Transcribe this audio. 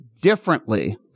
differently